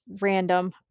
random